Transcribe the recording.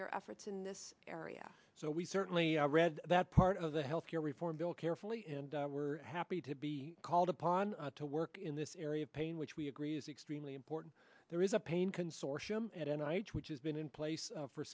your efforts in this area so we certainly read that part of the health care reform bill carefully and we're happy to be called upon to work in this area of pain which we agree is extremely important there is a pain consortium at n i s which has been in place